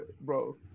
bro